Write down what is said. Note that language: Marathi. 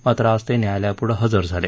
मात्र आज ते न्यायालयापुढे हजर झाले